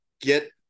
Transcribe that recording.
get